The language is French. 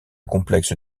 complexe